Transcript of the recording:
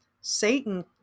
Satan